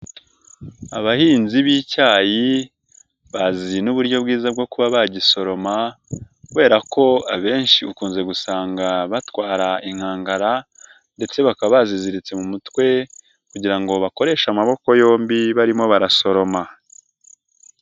Abahinzi b'icyayi bazi n'uburyo bwiza bwo kuba bagisoroma kubera ko abenshi ukunze gusanga batwara inkangara ndetse bakaba baziziritse mu mutwe kugira ngo bakoreshe amaboko yombi barimo barasoroma.